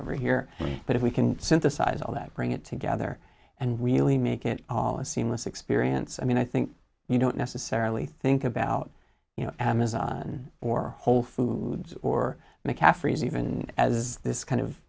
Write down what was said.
over here but if we can synthesize all that bring it together and really make it all a seamless experience i mean i think you don't necessarily think about you know amazon or whole foods or mccaffrey's even as this kind of